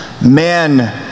men